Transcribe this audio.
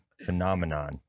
Phenomenon